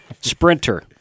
Sprinter